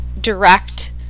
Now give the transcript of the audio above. direct